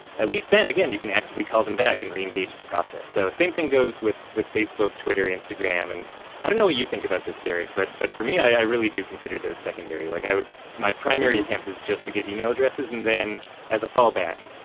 at least then again you can actively call them back and re-engage the process. so, same thing goes with with facebook, twitter, instagram. and i don't know what you think about this, derek, but but for me i really do consider those secondary. like my primary attempt is just to get email addresses and then as a fall back,